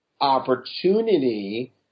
opportunity